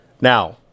Now